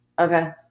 Okay